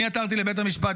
אני עתרתי לבית המשפט,